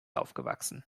aufgewachsen